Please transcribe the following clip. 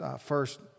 first